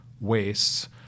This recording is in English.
wastes